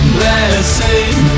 Blessing